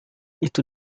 itu